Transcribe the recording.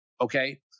okay